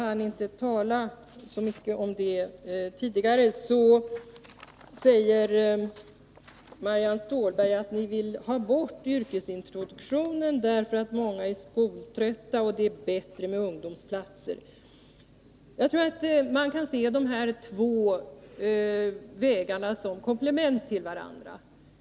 Marianne Stålberg säger att anledningen till att socialdemokraterna vill ha bort yrkesintroduktionen är att många är skoltrötta och att det därför är bättre med ungdomsarbetsplatser. Jag tror att man kan se dessa två vägar som komplement till varandra.